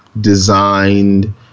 designed